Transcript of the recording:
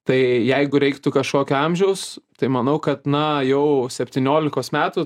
tai jeigu reiktų kažkokio amžiaus tai manau kad na jau septyniolikos metų